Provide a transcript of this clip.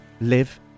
live